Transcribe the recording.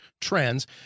trends